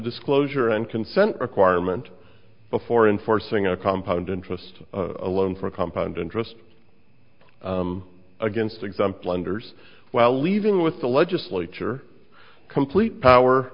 disclosure and consent requirement before enforcing a compound interest alone for a compound interest against exempt lenders while leaving with the legislature complete power